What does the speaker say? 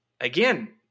Again